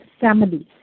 families